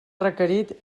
requerit